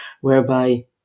whereby